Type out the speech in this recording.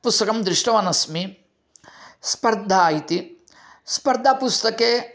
पुस्तकं दृष्टवान् अस्मि स्पर्धा इति स्पर्धा पुस्तके